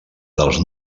dels